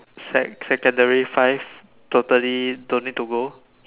sec~ secondary five totally don't need to go